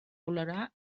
valorar